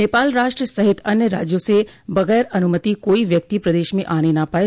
नेपाल राष्ट्र सहित अन्य राज्यों से बगैर अनुमति कोई व्यक्ति प्रदेश में आने न पाये